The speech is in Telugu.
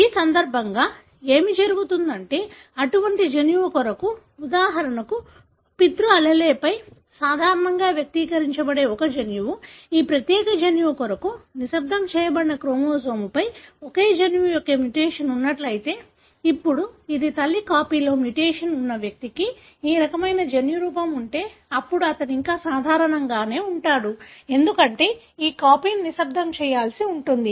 ఈ సందర్భంలో ఏమి జరుగుతుందంటే అటువంటి జన్యువు కొరకు ఉదాహరణకు పితృ allele పై సాధారణంగా వ్యక్తీకరించబడే ఒక జన్యువు ఈ ప్రత్యేక జన్యువు కొరకు నిశ్శబ్దం చేయబడిన క్రోమోజోమ్పై ఒకే జన్యువు యొక్క మ్యుటేషన్ ఉన్నట్లయితే ఇప్పుడు ఇది తల్లి కాపీలో మ్యుటేషన్ ఉన్న వ్యక్తికి ఈ రకమైన జన్యురూపం ఉంటే అప్పుడు అతను ఇంకా సాధారణంగానే ఉంటాడు ఎందుకంటే ఈ కాపీని నిశ్శబ్దం చేయాల్సి ఉంటుంది